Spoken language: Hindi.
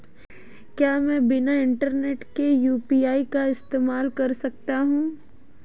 क्या मैं बिना इंटरनेट के यू.पी.आई का इस्तेमाल कर सकता हूं?